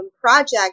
project